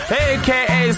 aka